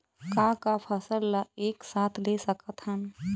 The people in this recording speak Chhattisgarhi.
का का फसल ला एक साथ ले सकत हन?